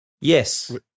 Yes